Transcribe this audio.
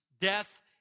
death